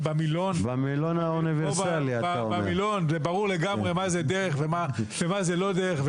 במילון ושם ברור לגמרי מה זה דרך ומה זה לא דרך,